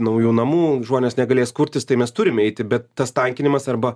naujų namų žmonės negalės kurtis tai mes turime eiti bet tas tankinimas arba